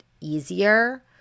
easier